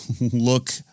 look